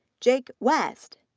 jake west,